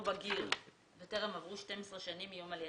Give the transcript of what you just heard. בגיר וטרם עברו 12 שנים מיום עלייתו",